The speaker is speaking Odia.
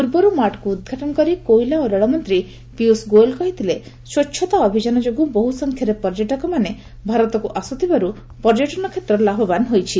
ପୂର୍ବରୁ ମାର୍ଟକୁ ଉଦ୍ଘାଟନ କରି କୋଇଲା ଓ ରେଳମନ୍ତ୍ରୀ ପିୟୁଷ୍ ଗୋୟଲ କହିଥିଲେ ସ୍ୱଚ୍ଛତା ଅଭିଯାନ ଯୋଗୁଁ ବହୁସଂଖ୍ୟାରେ ପର୍ଯ୍ୟଟକମାନେ ଭାରତକୁ ଆସୁଥିବାରୁ ପର୍ଯ୍ୟଟନ କ୍ଷେତ୍ର ଲାଭବାନ୍ ହୋଇଛି